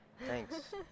thanks